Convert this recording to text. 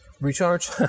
recharge